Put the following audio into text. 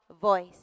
voice